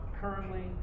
currently